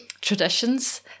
traditions